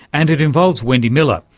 and it involves wendy miller,